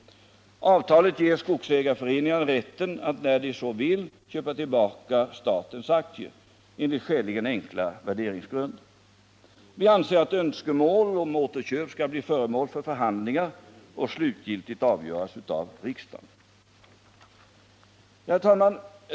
Avtalet ger skogsägarföreningarna rätten att när de så vill köpa tillbaka statens aktier enligt skäligen enkla värderingsgrunder. Vi anser att önskemål om återköp skall bli föremål för förhandlingar och slutgiltigt avgöras av riksdagen. Herr talman!